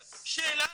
שאלה,